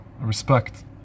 respect